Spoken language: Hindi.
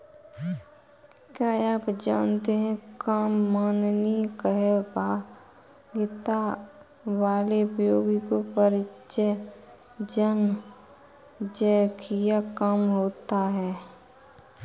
क्या आप जानते है कम मानवीय सहभागिता वाले उद्योगों में परिचालन जोखिम कम होता है?